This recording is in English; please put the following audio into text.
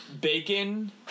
Bacon